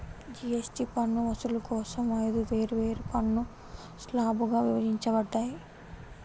GST పన్ను వసూలు కోసం ఐదు వేర్వేరు పన్ను స్లాబ్లుగా విభజించబడ్డాయి